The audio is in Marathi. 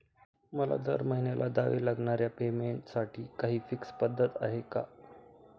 मला दरमहिन्याला द्यावे लागणाऱ्या पेमेंटसाठी काही फिक्स पद्धत आहे का?